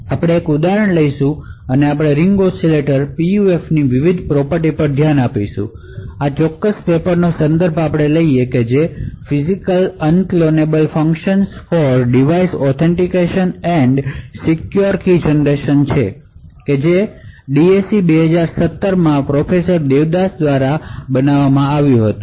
આપણે એક ઉદાહરણ લઈશું અને આપણે રીંગ ઓસિલેટર PUFની વિવિધ પ્રોપર્ટિ પર ધ્યાન આપીશું આપણે આ ચોક્કસ પેપરનો સંદર્ભ આપીશું "Physical Unclonable Functions for Device Authentication and Secret Key Generation" જે DAC 2007 માં પ્રોફેસર દેવદાસ દ્વારા આપવામાં આવ્યું હતું